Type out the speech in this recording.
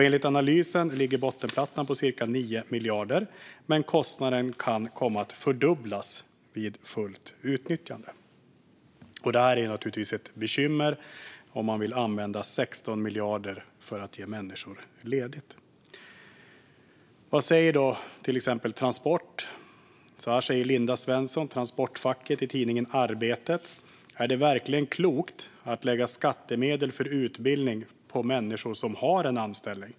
Enligt analysen ligger bottenplattan på cirka 9 miljarder, men kostnaden kan komma att fördubblas vid fullt utnyttjande. Det är naturligtvis ett bekymmer om man vill använda 16 miljarder för att ge människor ledigt. Vad säger då till exempel Transport? Så här säger Linda Svensson från transportfacket i tidningen Arbetet: "Är det verkligen klokt att lägga skattemedel på utbildning för människor som har en anställning?